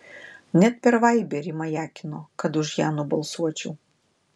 net per vaiberį majakino kad už ją nubalsuočiau